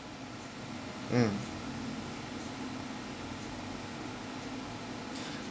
mm